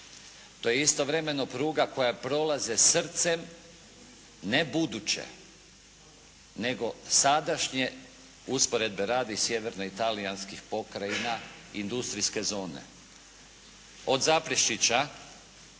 To je istovremeno pruga koja prolaze srcem ne buduće, nego sadašnje usporedbe radi sjeverno talijanskih pokrajina industrijske zone. Od Zaprešića